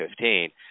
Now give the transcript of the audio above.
2015